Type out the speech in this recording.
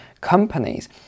companies